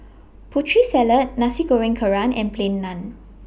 Putri Salad Nasi Goreng Kerang and Plain Naan